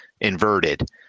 inverted